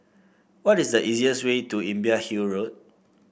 what is the easiest way to Imbiah Hill Road